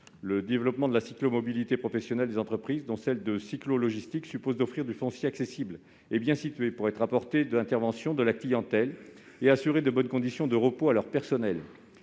Le développement de la cyclo-mobilité professionnelle des entreprises, dont celles de cyclo-logistique, suppose d'offrir du foncier accessible et bien situé pour être à portée d'intervention de la clientèle et pour assurer de bonnes conditions de repos aux personnels.